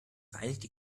vereinigte